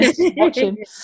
Watching